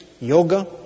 yoga